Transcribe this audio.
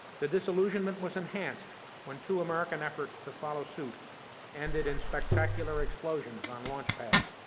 the disillusionment was enhanced when two american efforts to follow suit ended in spectacular explosions on launchpads.